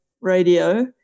radio